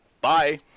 Bye